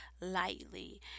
lightly